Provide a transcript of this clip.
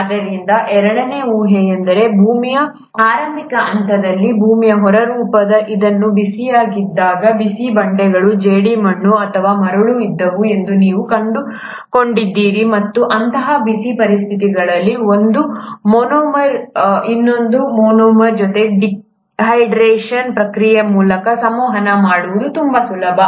ಆದ್ದರಿಂದ ಎರಡನೇ ಊಹೆಯೆಂದರೆ ಭೂಮಿಯ ಆರಂಭಿಕ ಹಂತದಲ್ಲಿ ಭೂಮಿಯ ಹೊರಪದರವು ಇನ್ನೂ ಬಿಸಿಯಾಗಿದ್ದಾಗ ಬಿಸಿ ಬಂಡೆಗಳು ಜೇಡಿಮಣ್ಣು ಅಥವಾ ಮರಳು ಇದ್ದವು ಎಂದು ನೀವು ಕಂಡುಕೊಂಡಿದ್ದೀರಿ ಮತ್ತು ಅಂತಹ ಬಿಸಿ ಪರಿಸ್ಥಿತಿಗಳಲ್ಲಿ ಒಂದು ಮೊನೊಮರ್ ಇನ್ನೊಂದು ಮೊನೊಮರ್ ಜೊತೆ ಡಿಹೈಡ್ರೇಶನ್ ಪ್ರಕ್ರಿಯೆಯ ಮೂಲ ಸಂವಹನ ಮಾಡುವುದು ತುಂಬಾ ಸುಲಭ